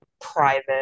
private